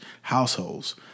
households